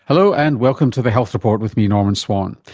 hello and welcome to the health report with me. norman swan.